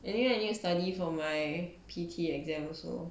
anyway I need to study for my P_T exam also